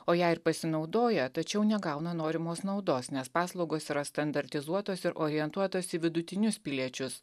o jei ir pasinaudoja tačiau negauna norimos naudos nes paslaugos yra standartizuotos ir orientuotos į vidutinius piliečius